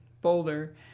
Boulder